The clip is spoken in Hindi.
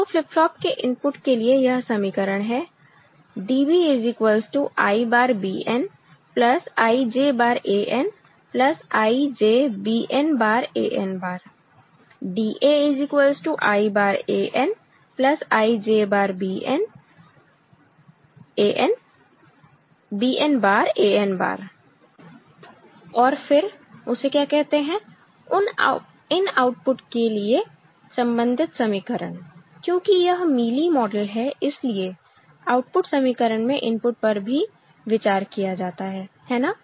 तो फ्लिप फ्लॉप के इनपुट के लिए यह समीकरण है DB I'Bn IJ'An IJBn'An' DA I'An IJ'Bn'An' और फिर उसे क्या कहते हैं इन आउटपुट के लिए संबंधित समीकरण क्योंकि यह मीली मॉडल हैइसलिए आउटपुट समीकरण में इनपुट पर भी विचार किया जाता है है ना